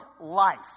life